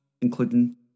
including